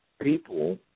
people